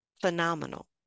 phenomenal